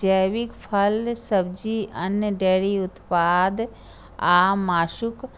जैविक फल, सब्जी, अन्न, डेयरी उत्पाद आ मासुक